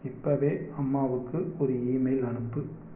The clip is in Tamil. இப்போவே அம்மாவுக்கு ஒரு ஈமெயில் அனுப்பு